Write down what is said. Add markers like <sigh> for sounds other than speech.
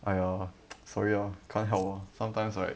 !aiya! <noise> sorry ah can't help ah sometimes like